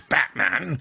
Batman